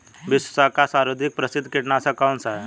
विश्व का सर्वाधिक प्रसिद्ध कीटनाशक कौन सा है?